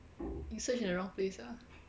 you search in the wrong place ah